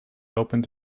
opened